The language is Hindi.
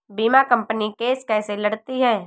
बीमा कंपनी केस कैसे लड़ती है?